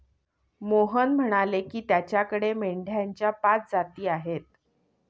मोहन म्हणाले की, त्याच्याकडे मेंढ्यांच्या पाच जाती आहेत